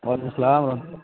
وعلیکم السّلام و رحمۃ